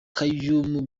kaymu